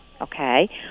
Okay